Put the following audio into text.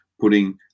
putting